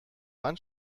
wand